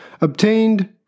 obtained